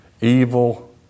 evil